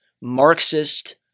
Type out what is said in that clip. Marxist